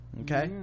okay